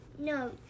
No